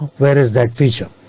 where is that feature?